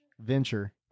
Venture